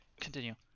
continue